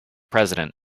president